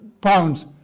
pounds